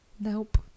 Nope